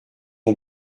ont